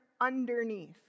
underneath